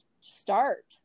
start